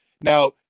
Now